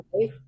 life